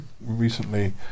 recently